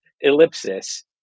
ellipsis